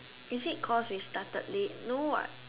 is it because we started late no [what]